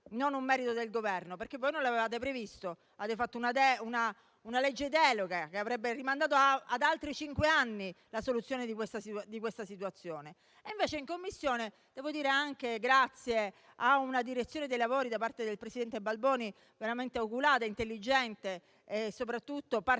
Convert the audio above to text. non un merito del Governo, perché voi non lo avevate previsto. Avete fatto una legge delega che avrebbe rimandato ad altri cinque anni la soluzione di questa situazione e invece in Commissione - devo dire anche grazie a una direzione dei lavori da parte del presidente Balboni veramente oculata, intelligente e soprattutto